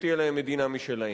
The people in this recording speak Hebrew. שתהיה להם מדינה משלהם.